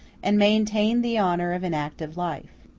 and maintained the honor of inactive life.